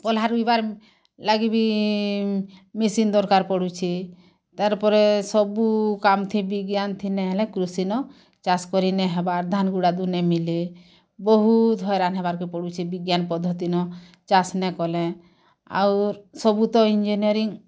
ପଲହା ରୁଈ ବାର୍ ଲାଗି ବି ମିସିନ୍ ଦରକାର୍ ପଡୁଛି ତାର୍ ପରେ ସବୁ କାମ୍ ଥି ବିଜ୍ଞାନ୍ ଥି ନାଇଁ ହେଲେ କୃଷି ନ ଚାଷ୍ କରି ନାଇଁ ହେବାର୍ ଧାନ୍ ଗୁଡ଼ା ଧୁନେ ମିଲେ ବହୁତ ହଇରାଣ ହେବାର୍ କେ ପଡୁଛେ ବିଜ୍ଞାନ ପଦ୍ଧତି ନ ଚାଷ୍ ନାଇଁ କଲେ ଆଉରୁ ସବୁ ତ ଇଞ୍ଜିନିୟରିଙ୍ଗ